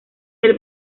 del